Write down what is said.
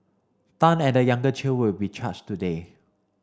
Tan and the younger Chew will be charged today